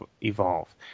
evolve